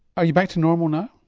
are you back to normal now?